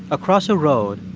across a road,